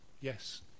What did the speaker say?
yes